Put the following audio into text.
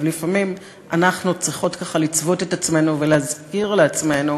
אבל לפעמים אנחנו צריכות ככה לצבוט את עצמנו ולהזכיר לעצמנו